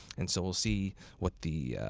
and so we'll see what the,